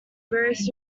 various